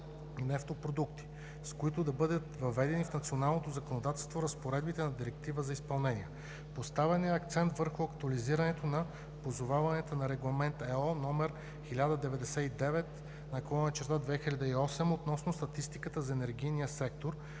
и нефтопродукти, с който да бъдат въведени в националното законодателство разпоредбите на Директивата за изпълнение. Поставен е акцент върху актуализирането на позоваванията на Регламент (ЕО) № 1099/2008 относно статистиката за енергийния сектор.